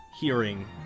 hearing